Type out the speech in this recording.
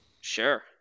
Sure